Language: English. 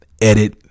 Edit